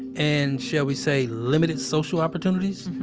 and, shall we say limited social opportunities.